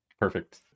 Perfect